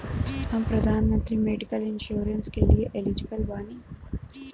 हम प्रधानमंत्री medical insurance के लिए एलिजिबल बानी?